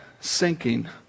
sinking